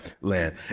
land